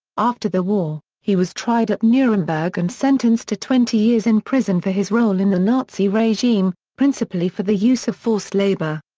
after the war, he was tried at nuremberg and sentenced to twenty years in prison for his role in the nazi regime, principally for the use of forced labor.